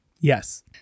Yes